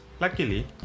luckily